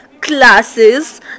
classes